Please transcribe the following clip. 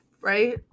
right